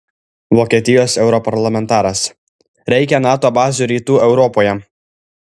vokietijos europarlamentaras reikia nato bazių rytų europoje